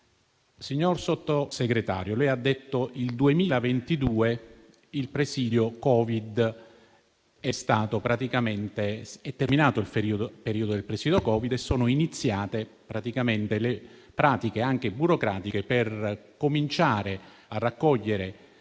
Signor Sottosegretario, lei ha detto che nel 2022 è terminato il periodo del presidio Covid e sono iniziate le pratiche anche burocratiche per cominciare a raccogliere